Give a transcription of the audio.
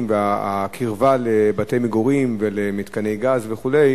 והקרבה לבתי מגורים ולמתקני גז וכו'